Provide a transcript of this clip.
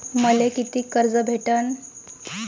मले कितीक कर्ज भेटन?